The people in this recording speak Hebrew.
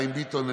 חיים ביטון,